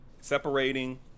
separating